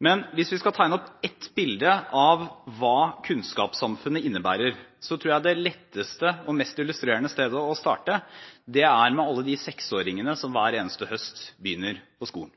Men hvis vi skal tegne opp ett bilde av hva kunnskapssamfunnet innebærer, tror jeg det letteste og mest illustrerende stedet å starte er med alle de seksåringene som hver eneste høst begynner på skolen.